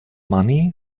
money